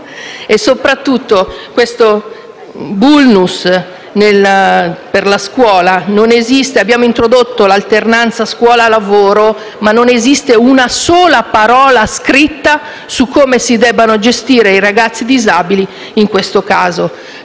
E soprattutto resta il *vulnus* per la scuola: abbiamo introdotto l'alternanza scuola-lavoro, ma non esiste una sola parola scritta su come si debbano gestire i ragazzi disabili in questo caso.